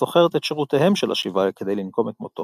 השוכרת את שירותיהם של השבעה כדי לנקום את מותו.